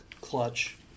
clutch